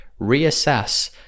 Reassess